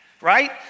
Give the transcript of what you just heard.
right